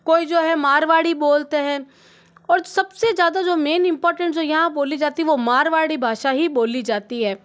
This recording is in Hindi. कोई जो है मारवाड़ी बोलते हैं और सबसे ज़्यादा जो मेंन इंपॉर्टेंट जो यहाँ बोली जाती वह मारवाड़ी भाषा ही बोली जाती है